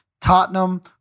tottenham